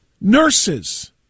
Nurses